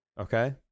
Okay